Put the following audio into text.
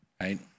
right